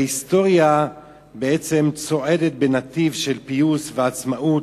וההיסטוריה בעצם צועדת בנתיב של פיוס ועצמאות,